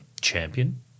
Champion